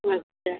अच्छा